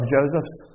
Joseph's